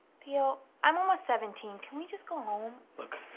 tio, i'm almost seventeen. can we just go home? look,